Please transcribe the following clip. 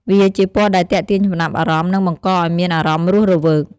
វាជាពណ៌ដែលទាក់ទាញចំណាប់អារម្មណ៍ និងបង្ករឱ្យមានអារម្មណ៍រស់រវើក។